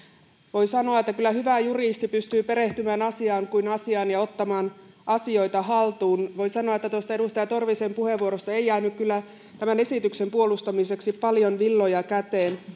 voi sanoa että kyllä hyvä juristi pystyy perehtymään asiaan kuin asiaan ja ottamaan asioita haltuun voin sanoa että tuosta edustaja torvisen puheenvuorosta ei jäänyt kyllä tämän esityksen puolustamiseksi paljon villoja käteen